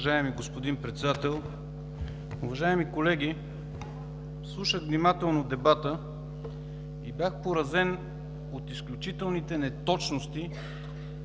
уважаеми господин Председател. Уважаеми колеги, слушах внимателно дебата и бях поразен от изключителните неточности